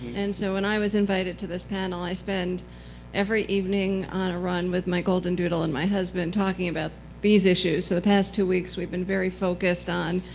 and so when i was invited to this panel, i spent every evening on a run with my golden doodle and my husband, talking about these issues. so the past two weeks, we've been very focused on,